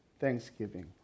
Thanksgiving